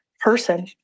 person